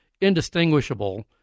indistinguishable